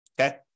okay